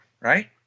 right